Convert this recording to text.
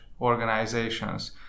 organizations